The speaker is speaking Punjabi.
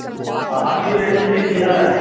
ਹਾਂਜੀ ਰੇਸ਼ਮ ਜੀ ਕੀ ਹਾਲ ਹੈ